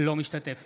אינו משתתף